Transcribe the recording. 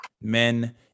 men